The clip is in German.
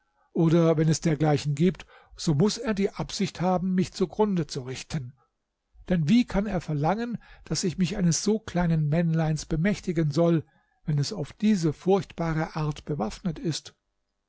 oder wenn es dergleichen gibt so muß er die absicht haben mich zugrunde zu richten denn wie kann er verlangen daß ich mich eines so kleinen männleins bemächtigen soll wenn es auf diese furchtbare art bewaffnet ist